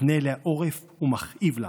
מפנה אליה עורף, הוא מכאיב לה.